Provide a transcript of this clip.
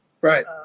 right